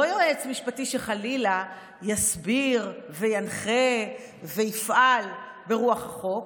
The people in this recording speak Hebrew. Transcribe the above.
לא יועץ משפטי שחלילה יסביר וינחה ויפעל ברוח החוק,